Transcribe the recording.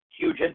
huge